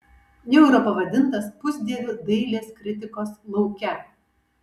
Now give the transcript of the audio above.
jau yra pavadintas pusdieviu dailės kritikos lauke